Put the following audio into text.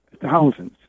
thousands